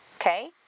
Okay